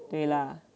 对啦